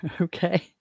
Okay